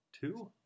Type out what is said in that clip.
two